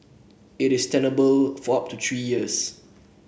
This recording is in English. it is tenable for up to three years